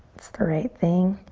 it's the right thing.